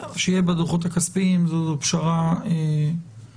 בסדר, שיהיה בדוחות הכספיים, זו פשרה סבירה.